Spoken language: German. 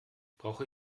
brauche